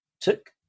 took